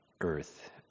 earth